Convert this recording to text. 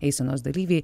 eisenos dalyviai